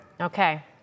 Okay